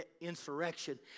insurrection